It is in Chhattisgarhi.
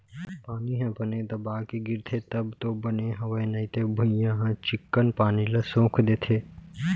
पानी ह बने दबा के गिरथे तब तो बने हवय नइते भुइयॉं ह चिक्कन पानी ल सोख देथे